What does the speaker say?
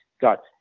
got